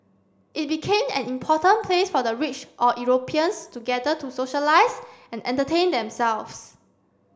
it became an important place for the rich or Europeans to gather to socialise and entertain themselves